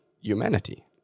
humanity